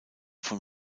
von